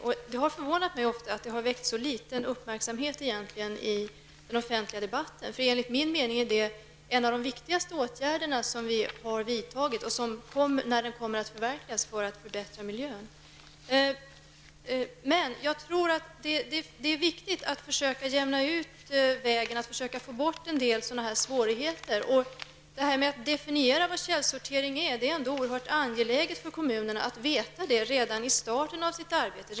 Det har ofta förvånat mig att det har väckt så liten uppmärksamhet i den offentliga debatten. Enligt min uppfattning är detta en av de viktigaste åtgärder som vi har vidtagit. Den kommer, när den förverkligas, att förbättra miljön. Det är viktigt att försöka jämna ut vägen och få bort en del svårigheter. Det är oerhört angeläget för kommunerna att redan i starten av arbetet veta hur man definierar källsortering.